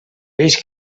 peix